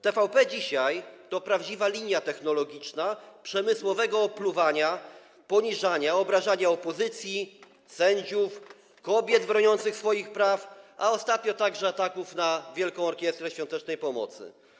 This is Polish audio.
TVP dzisiaj to prawdziwa linia technologiczna przemysłowego opluwania, poniżania, obrażania opozycji, sędziów, kobiet broniących swoich praw, a ostatnio także ataków na Wielką Orkiestrę Świątecznej Pomocy.